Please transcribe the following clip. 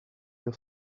your